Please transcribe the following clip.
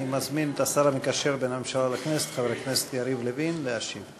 אני מזמין את השר המקשר בין הממשלה לכנסת חבר הכנסת יריב לוין להשיב.